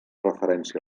referència